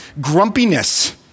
grumpiness